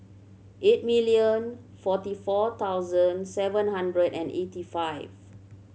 eight million forty four thousand seven hundred and eighty five